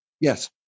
Yes